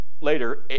later